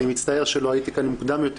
אני מצטער שלא הייתי כאן מוקדם יותר,